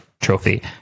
trophy